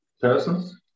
persons